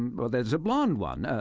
and well there's a blond one.